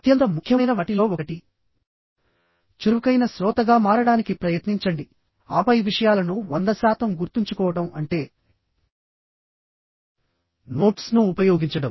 అత్యంత ముఖ్యమైన వాటిలో ఒకటి చురుకైన శ్రోతగా మారడానికి ప్రయత్నించండి ఆపై విషయాలను 100 శాతం గుర్తుంచుకోవడం అంటే నోట్స్ ను ఉపయోగించడం